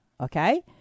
okay